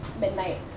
midnight